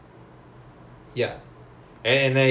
sports biomechanics at N_I_E also